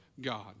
God